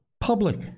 public